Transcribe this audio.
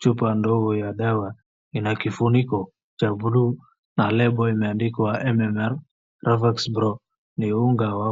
Chupa ndogo ya dawa ina kifuniko cha blue na label[cs imeandikwa MMR vax Pro . Ni unga wa